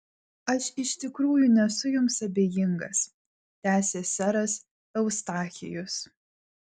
aš iš tikrųjų nesu jums abejingas tęsė seras eustachijus